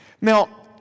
Now